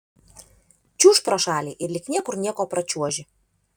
čiūžt pro šalį ir lyg niekur nieko pračiuoži